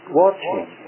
watching